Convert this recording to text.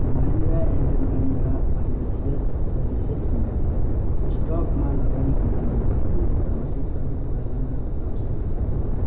Mahendra and Mahindra financial सर्भिसेजमा स्टकमा लगानी गर्न मैले कुन आवश्यकताहरू पूरा गर्न आवश्यक छ